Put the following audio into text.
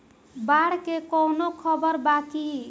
बाढ़ के कवनों खबर बा की?